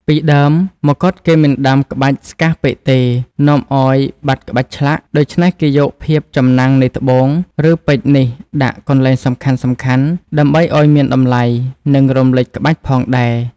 ពីដើមមកុដ គេមិនដាំក្បាច់ស្កាស់ពេកទេ នាំឲ្យបាត់ក្បាច់ឆ្លាក់ ដូច្នេះគេយកភាពចំណាំងនៃត្បូង ឬពេជ្រនេះដាក់កន្លែងសំខាន់ៗ ដើម្បីឲ្យមានតម្លៃ និងរំលេចក្បាច់ផងដែរ។